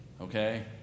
Okay